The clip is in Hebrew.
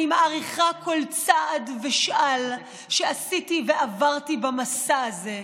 אני מעריכה כל צעד ושעל שעשיתי ועברתי במסע הזה,